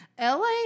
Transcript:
LA